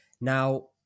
now